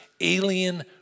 alien